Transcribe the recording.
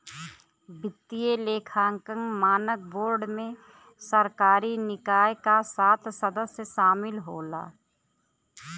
वित्तीय लेखांकन मानक बोर्ड में सरकारी निकाय क सात सदस्य शामिल होलन